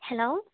hello